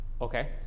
Okay